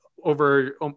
over